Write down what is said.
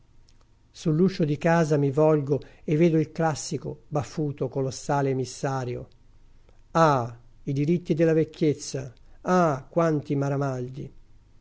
sull'uscio di casa mi volgo e vedo il classico baffuto colossale emissario canti orfici dino campana ah i diritti della vecchiezza ah quanti